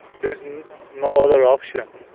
there's no other option.